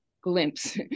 glimpse